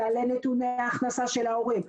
תעלה נתוני הכנסה של ההורים.